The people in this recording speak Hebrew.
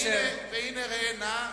והנה ראה נא,